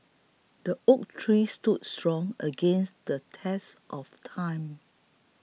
the oak tree stood strong against the test of time